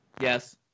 Yes